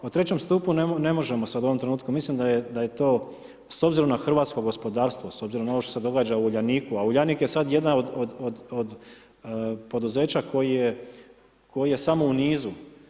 U trećem stupu ne možemo sada u ovom trenutku, mislim da je to s obzirom na hrvatsko gospodarstvo, s obzirom na ovo što se događa u Uljaniku a Uljanik je sad jedno od poduzeća koji je samo u nizu.